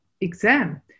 exam